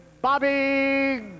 Bobby